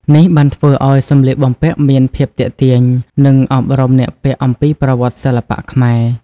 នេះបានធ្វើឲ្យសម្លៀកបំពាក់មានភាពទាក់ទាញ និងអប់រំអ្នកពាក់អំពីប្រវត្តិសិល្បៈខ្មែរ។